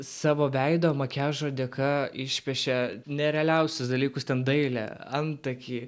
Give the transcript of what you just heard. savo veido makiažo dėka išpiešia nerealiausius dalykus ten dailė antakiai